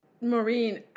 Maureen